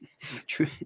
true